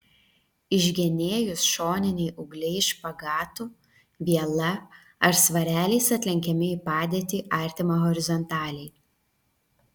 išgenėjus šoniniai ūgliai špagatu viela ar svareliais atlenkiami į padėtį artimą horizontaliai